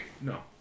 No